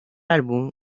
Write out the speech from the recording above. álbum